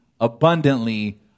abundantly